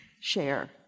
share